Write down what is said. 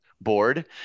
board